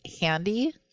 handy